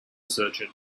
surgeon